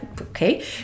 okay